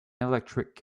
electric